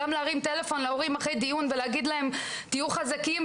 גם להרים טלפון להורים אחרי דיון ולהגיד להם: תהיו חזקים,